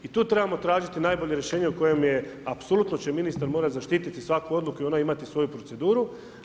I tu trebamo tražiti najbolje rješenje u kojem je apsolutno će ministar morati zaštititi svaku odluku i ona imati svoju proceduru.